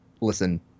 listen